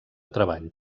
treball